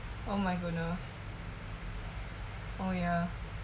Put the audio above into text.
oh my goodness oh ya